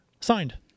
signed